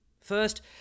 First